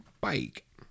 bike